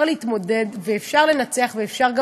אפשר להתמודד,